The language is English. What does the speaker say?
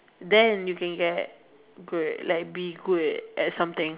then you can get good like be good at something